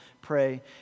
pray